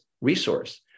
resource